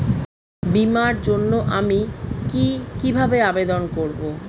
বিমার জন্য আমি কি কিভাবে আবেদন করব?